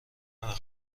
نمی